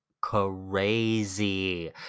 crazy